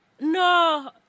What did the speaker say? No